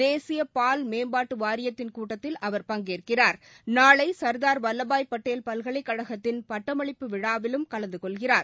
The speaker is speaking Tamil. தேசிய பால் மேம்பாட்டு வாரியத்தின் கூட்டத்தில் அவர் பங்கேற்கிறார் நாளை சர்தார் வல்லபாய் பட்டேல் பல்கலைக்கழத்தின் பட்டமளிப்பு விழாவிலும் கலந்து கொள்கிறார்